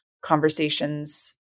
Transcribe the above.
conversations